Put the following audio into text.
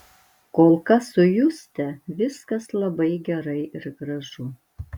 kol kas su juste viskas labai gerai ir gražu